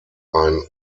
ein